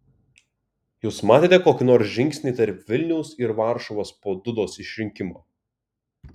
jūs matėte kokį nors žingsnį tarp vilniaus ir varšuvos po dudos išrinkimo